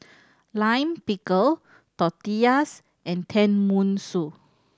Lime Pickle Tortillas and Tenmusu